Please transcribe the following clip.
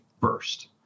first